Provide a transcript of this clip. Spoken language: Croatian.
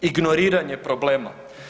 Ignoriranje problema.